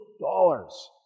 dollars